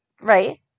right